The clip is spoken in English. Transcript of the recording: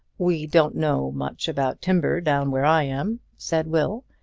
we don't know much about timber down where i am, said will,